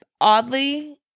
oddly